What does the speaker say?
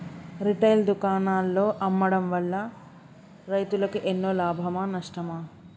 Retail దుకాణాల్లో అమ్మడం వల్ల రైతులకు ఎన్నో లాభమా నష్టమా?